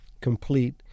complete